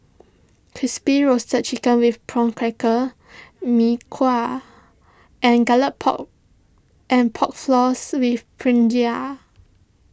Crispy Roasted Chicken with Prawn Crackers Mee Kuah and Garlic Pork and Pork Floss with Brinjal